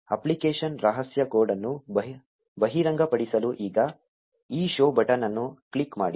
application ರಹಸ್ಯ code ಅನ್ನು ಬಹಿರಂಗಪಡಿಸಲು ಈಗ ಈ 'Show' ಬಟನ್ ಅನ್ನು ಕ್ಲಿಕ್ ಮಾಡಿ